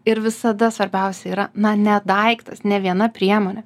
ir visada svarbiausia yra na ne daiktas ne viena priemonė